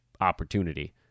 opportunity